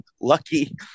lucky